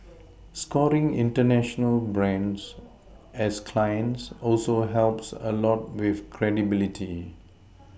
scoring international brands as clients also helps a lot with credibility